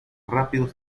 rápidos